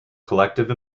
collective